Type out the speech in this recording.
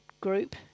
group